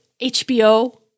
hbo